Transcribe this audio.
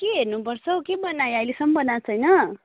के हेर्नु पर्छ हौ के बनायो अहिलेसम्म बनाएको छैन